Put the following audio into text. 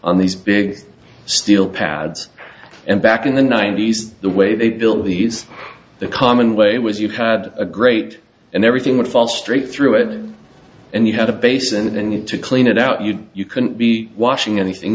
on these big steel pads and back in the ninety's the way they built these the common way it was you had a great and everything would fall straight through it and you had a base and need to clean it out you you couldn't be washing anything